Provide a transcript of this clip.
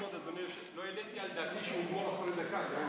לא העליתי על דעתי שהוא יגמור אחרי דקה.